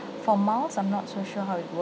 for miles I'm not so sure how it works